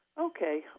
Okay